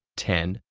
ten,